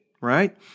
right